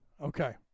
Okay